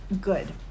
good